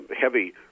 heavy